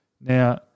Now